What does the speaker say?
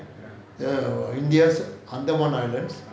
err india's andaman islands